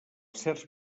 certs